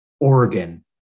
Oregon